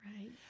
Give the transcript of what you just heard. Right